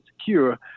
secure